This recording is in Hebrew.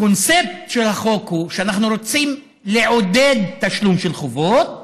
הקונספט של החוק הוא שאנחנו רוצים לעודד תשלום של חובות